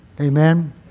Amen